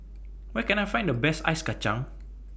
Where Can I Find The Best Ice Kachang